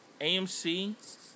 AMC